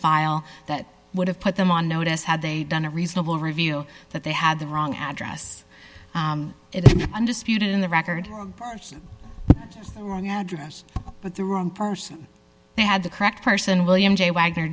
file that would have put them on notice had they done a reasonable review that they had the wrong address undisputed in the record wrong address but the wrong person they had the correct person william j wagner